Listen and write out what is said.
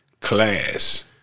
Class